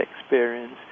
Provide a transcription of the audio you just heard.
experience